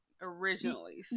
originally